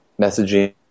messaging